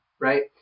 Right